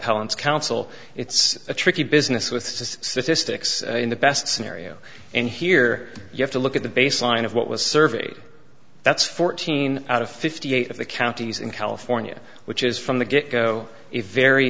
llants counsel it's a tricky business with cystic so in the best scenario and here you have to look at the baseline of what was surveyed that's fourteen out of fifty eight of the counties in california which is from the get go if very